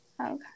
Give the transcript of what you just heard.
okay